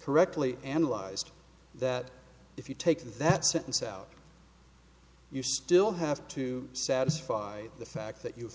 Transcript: correctly analyzed that if you take that sentence out you still have to satisfy the fact that you've